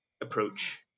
approach